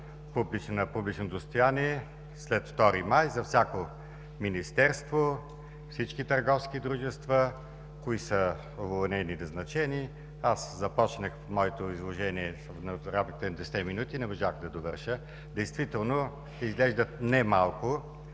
публично достояние след 2 май 2017 г. – за всяко министерство, за всички търговски дружества, кои са уволнени и назначени. Аз започнах моето изложение, но порядъка на 10 минути не можах да довърша. Действително изглеждат немалко